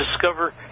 discover